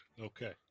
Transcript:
okay